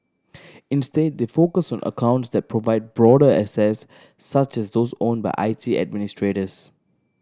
instead they focus on accounts that provide broader access such as those owned by I T administrators